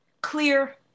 Clear